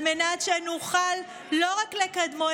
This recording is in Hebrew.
על מנת שנוכל לא רק לקדמה,